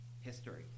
History